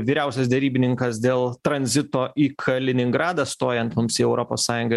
vyriausias derybininkas dėl tranzito į kaliningradą stojant mums į europos sąjungą